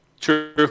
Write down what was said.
True